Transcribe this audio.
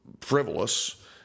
frivolous